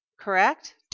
correct